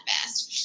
fast